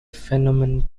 phenomenon